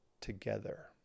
together